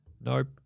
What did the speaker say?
Nope